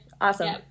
Awesome